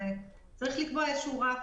צריך לקבוע איזה שהוא רף